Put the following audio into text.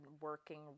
working